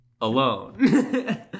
alone